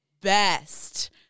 best